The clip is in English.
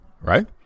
right